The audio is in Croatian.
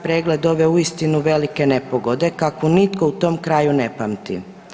pregled ove uistinu velike nepogode kakvu nitko u tom kraju ne pamti.